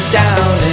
down